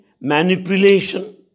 manipulation